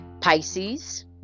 Pisces